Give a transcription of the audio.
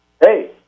hey